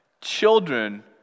Children